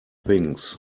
things